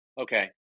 Okay